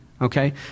okay